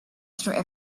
through